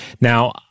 now